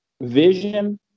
vision